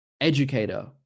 educator